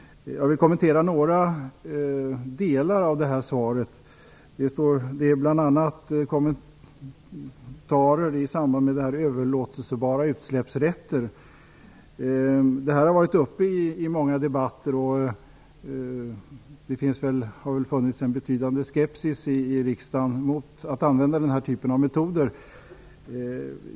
Jag vill kommentera några delar av svaret, bl.a. kommentarer till överlåtelsebara utsläppsrätter. Det har varit uppe i många debatter, och det har funnits en betydande skepsis i riksdagen mot att använda den här typen av metoder.